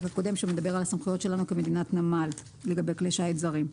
הקודם שמדבר על הסמכויות שלנו כמדינת נמל לגבי כלי שיט זרים.